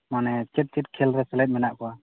ᱢᱟᱱᱮ ᱪᱮᱫ ᱪᱮᱫ ᱠᱷᱮᱞ ᱨᱮ ᱥᱮᱞᱮᱫ ᱢᱮᱱᱟᱜ ᱠᱚᱣᱟ